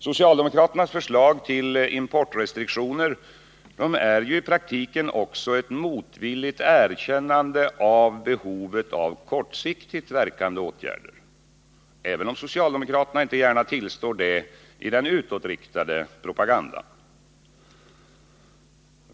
Socialdemokraternas förslag till importrestriktioner är ju i praktiken också ett motvilligt erkännande av behovet av kortsiktigt verkande åtgärder, även om socialdemokraterna inte gärna tillstår det i den utåtriktade propagandan.